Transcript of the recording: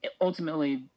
ultimately